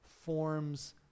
forms